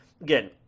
again